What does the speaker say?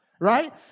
right